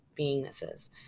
beingnesses